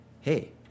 hey